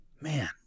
man